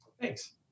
Thanks